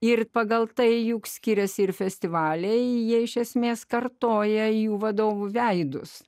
ir pagal tai juk skiriasi ir festivaliai jie iš esmės kartoja jų vadovų veidus